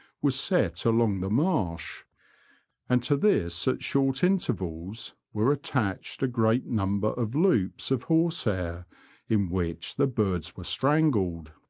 was set along the marsh and to this at short intervals were attached a great number of loops of horsehair in which the birds were strangled.